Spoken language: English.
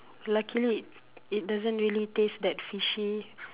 luckily it doesn't really taste that fishy